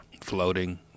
floating